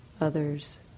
others